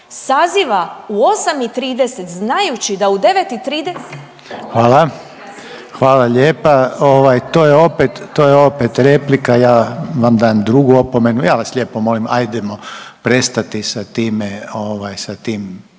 saziva u 8,30 znajući da u 9,30 … **Reiner, Željko (HDZ)** Hvala. Hvala lijepa. To je opet replika. Ja vam dajem drugu opomenu. Ja vas lijepo molim hajdemo prestati sa tim